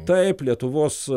taip lietuvos